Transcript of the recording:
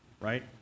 right